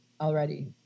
already